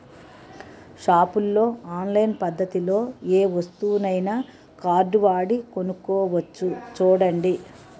షాపుల్లో ఆన్లైన్ పద్దతిలో ఏ వస్తువునైనా కార్డువాడి కొనుక్కోవచ్చు చూడండి